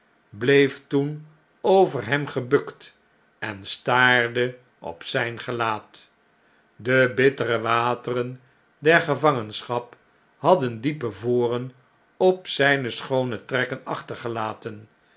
bleef toen over hem gebukt en staarde op zyn gelaat de bittere wateren der gevangenschap hadden diepen voren op zjjne schoone trekken achtergelaten